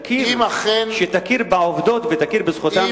שתכיר בעובדות ותכיר בזכותם,